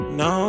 no